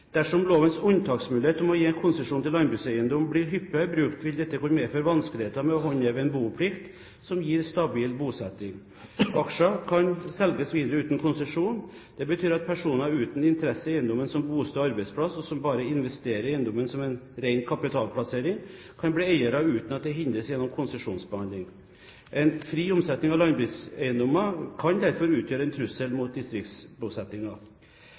Dersom lovens unntaksmulighet om å gi konsesjon til landbrukseiendom blir hyppigere brukt, vil dette kunne medføre vanskeligheter med å håndheve en boplikt som gir stabil bosetting. Aksjer kan selges videre uten konsesjon. Det betyr at personer uten interesse i eiendommen som bosted og arbeidsplass, og som bare investerer i eiendommen som en ren kapitalplassering, kan bli eiere uten at det hindres gjennom konsesjonsbehandling. En fri omsetning av landbrukseiendommer kan derfor utgjøre en trussel mot